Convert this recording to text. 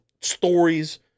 stories